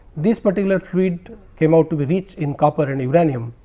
this particular fluid came out to the reach in copper and uranium.